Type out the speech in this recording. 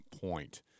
point